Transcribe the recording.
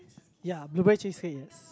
ya blueberry cheesecake yes